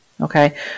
Okay